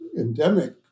endemic